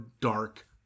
dark